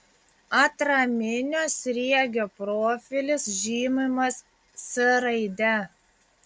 atraminio sriegio profilis žymimas s raide